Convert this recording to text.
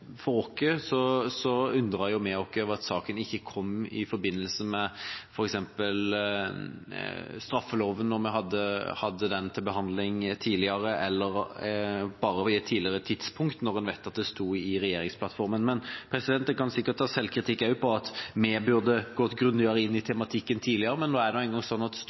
vi oss over at saken ikke kom i forbindelse med f.eks. straffeloven, da vi hadde den til behandling tidligere, eller bare på et tidligere tidspunkt, når en vet at det sto i regjeringsplattformen. Jeg kan sikkert ta selvkritikk også på at vi burde gått grundigere inn i tematikken tidligere, men nå er det engang sånn at